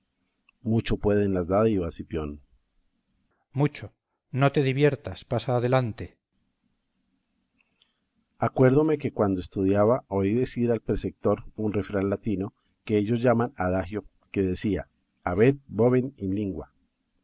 mucho pueden las dádivas cipión cipión mucho no te diviertas pasa adelante berganza acuérdome que cuando estudiaba oí decir al precetor un refrán latino que ellos llaman adagio que decía habet bovem in lingua